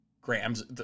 grams